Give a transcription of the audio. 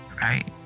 right